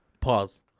pause